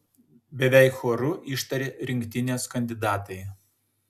beveik choru ištarė rinktinės kandidatai